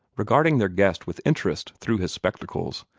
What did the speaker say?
regarding their guest with interest through his spectacles,